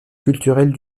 culturelles